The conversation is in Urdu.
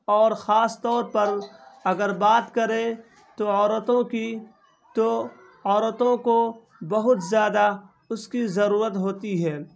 اور خاص طور پر اگر بات کریں تو عورتوں کی تو عورتوں کو بہت زیادہ اس کی ضرورت ہوتی ہے